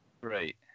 Right